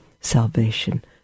salvation